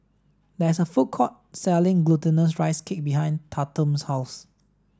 there is a food court selling glutinous rice cake behind Tatum's house